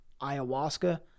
ayahuasca